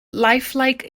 lifelike